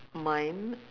mind